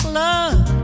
love